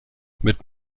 mit